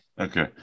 Okay